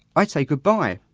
i'd say goodbye!